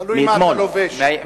תלוי מה אתה לובש.